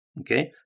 Okay